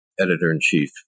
editor-in-chief